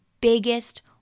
Biggest